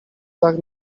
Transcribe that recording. dach